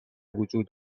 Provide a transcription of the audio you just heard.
بوجود